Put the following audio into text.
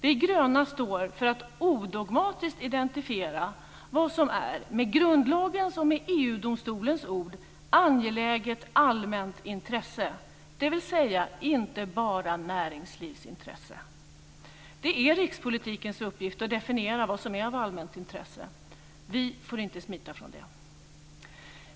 De gröna står för att odogmatiskt identifiera vad som med grundlagens och EU-domstolens ord är angeläget allmänt intresse, dvs. inte bara näringslivsintresse. Det är rikspolitikernas uppgift att definiera vad som är av allmänt intresse. Vi får inte smita ifrån den.